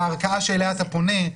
הערכאה שאליה אתה פונה,